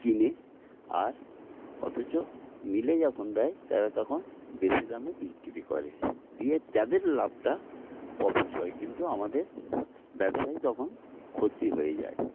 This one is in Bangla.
কিনে আর অথচ মিলে যখন দেয় তারা তখন বেশি দামে বিক্রি করে দিয়ে তাদের লাভটা প্রফিট হয় কিন্তু তাতে আমাদের ব্যবসায় তখন ক্ষতি হয়ে যায়